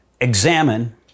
examine